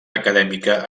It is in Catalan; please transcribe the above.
acadèmia